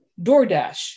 DoorDash